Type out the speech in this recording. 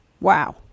Wow